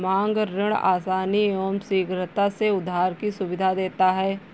मांग ऋण आसानी एवं शीघ्रता से उधार की सुविधा देता है